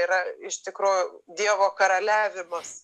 yra iš tikro dievo karaliavimas